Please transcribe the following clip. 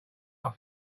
are